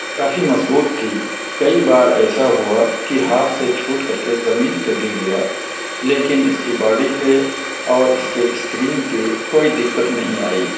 کافی مضبوط تھی کئی بار ایسا ہوا کہ ہاتھ سے چھوٹ کر کے زمین پہ گر گیا لیکن اس کی باڈی پہ اور اس کے اسکرین پہ کوئی دقت نہیں آئی